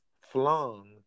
flung